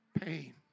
pain